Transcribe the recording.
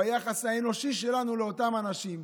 ביחס האנושי שלנו לאותם אנשים.